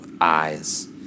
eyes